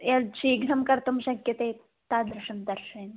यद् शीघ्रं कर्तुं शक्यते तादृशं दर्शयन्तु